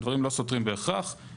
הדברים לא בהכרח סותרים,